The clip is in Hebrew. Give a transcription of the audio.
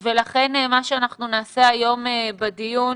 ולכן, מה שאנחנו נעשה היום בדיון.